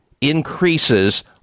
increases